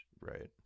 Right